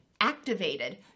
activated